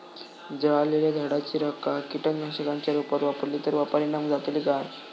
जळालेल्या झाडाची रखा कीटकनाशकांच्या रुपात वापरली तर परिणाम जातली काय?